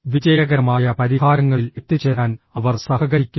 വിജയകരമായ പരിഹാരങ്ങളിൽ എത്തിച്ചേരാൻ അവർ സഹകരിക്കുന്നു